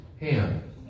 Ham